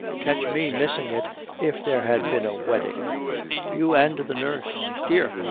catch me missing it if there had been a wedding you and the nurse dear,